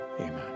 amen